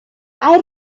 hay